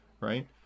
right